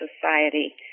society